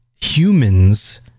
humans